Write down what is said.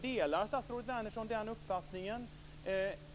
Delar statsrådet denna uppfattning?